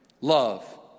love